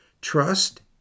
trust